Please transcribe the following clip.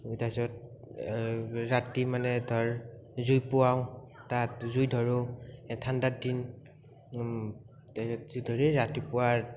তাছত ৰাতি মানে তাৰ জুই পোৱাওঁ তাত জুই ধৰোঁ ঠাণ্ডাৰ দিন তাছত জুই ধৰি ৰাতিপুৱা